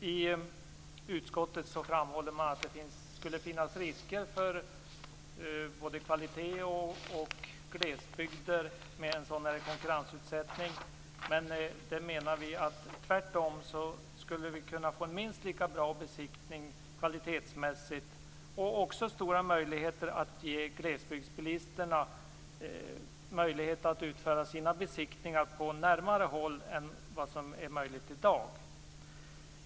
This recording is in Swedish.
I utskottet framhåller man att det skulle finnas risker vad gäller kvalitet och glesbygder med en konkurrensutsättning. Men vi menar att vi tvärtom skulle kunna få en minst lika bra besiktning kvalitetsmässigt och också göra det möjligt för glesbygdsbilisterna att utföra sina besiktningar på närmare håll än vad som är möjligt i dag.